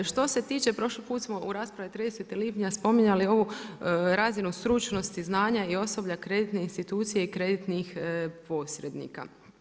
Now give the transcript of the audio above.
Što se tiče prošli put smo u raspravi 30. lipnja spominjali ovu razinu stručnosti, znanja i osoblja kreditne institucije i kreditnih posrednika.